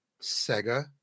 sega